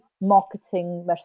marketing